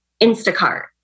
Instacart